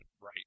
Right